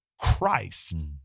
Christ